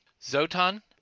Zotan